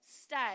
stay